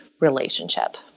relationship